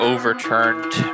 Overturned